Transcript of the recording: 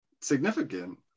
significant